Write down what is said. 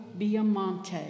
Biamonte